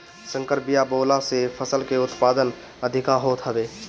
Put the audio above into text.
संकर बिया बोअला से फसल के उत्पादन अधिका होत हवे